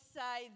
say